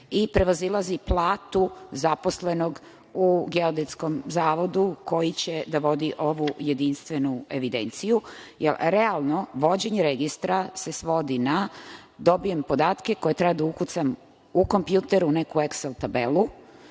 i prevazilazi platu zaposlenog u Geodetskom zavodu koji će da vodi ovu jedinstvenu evidenciju. Jer, realno, vođenje registra se svodi na – dobijem podatke koje treba da ukucam u kompjuteru u neku eksel tabelu